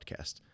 Podcast